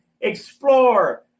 explore